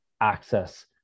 access